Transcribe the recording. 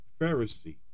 Pharisee